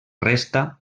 resta